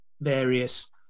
various